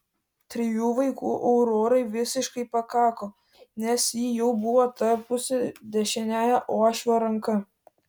trijų vaikų aurorai visiškai pakako nes ji jau buvo tapusi dešiniąja uošvio ranka